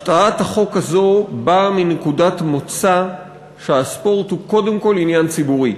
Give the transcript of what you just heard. הצעת החוק הזאת באה מנקודת מוצא שהספורט הוא קודם כול עניין ציבורי,